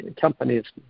companies